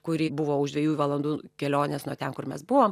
kuri buvo už dviejų valandų kelionės nuo ten kur mes buvom